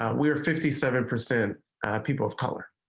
um we are fifty seven percent people of color.